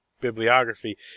bibliography